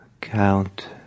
Count